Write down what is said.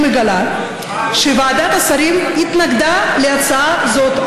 אני מגלה שוועדת השרים התנגדה להצעה הזאת,